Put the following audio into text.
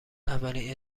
اولین